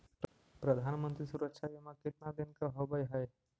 प्रधानमंत्री मंत्री सुरक्षा बिमा कितना दिन का होबय है?